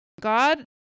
God